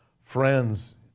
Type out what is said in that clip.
friends